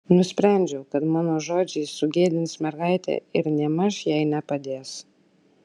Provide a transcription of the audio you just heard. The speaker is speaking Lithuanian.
nusprendžiau kad mano žodžiai sugėdins mergaitę ir nėmaž jai nepadės